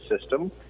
system